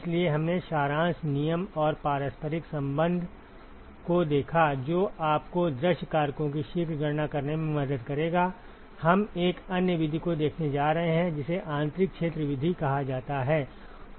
इसलिए हमने सारांश नियम और पारस्परिक संबंध को देखा जो आपको दृश्य कारकों की शीघ्र गणना करने में मदद करेगा हम एक अन्य विधि को देखने जा रहे हैं जिसे आंतरिक क्षेत्र विधि कहा जाता है